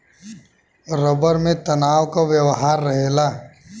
rubber में तनाव क व्यवहार रहेला